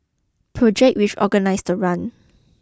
project which organised the run